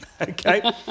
Okay